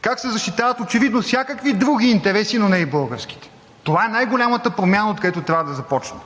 как се защитават очевидно всякакви други интереси, но не и българските. Това е най-голямата промяна, откъдето трябва да започнем.